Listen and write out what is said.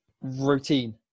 routine